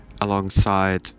alongside